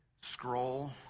Scroll